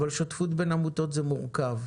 אבל שותפות בין עמותות זה מורכב,